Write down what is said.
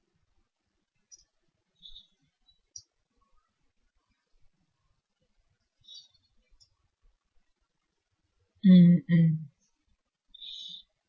mm mm